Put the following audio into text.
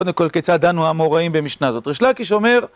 קודם כל, כיצד דנו האמוראים במשנה הזאת? ריש לקיש אומר...